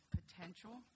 potential